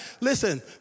Listen